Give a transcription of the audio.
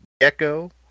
Gecko